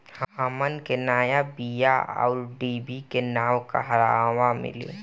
हमन के नया बीया आउरडिभी के नाव कहवा मीली?